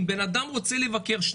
אם בן-אדם רוצה לבקר,